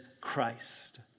Christ